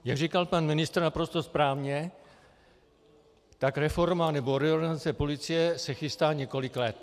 Jak říkal pan ministr naprosto správně, tak reforma nebo reorganizace policie se chystá několik let.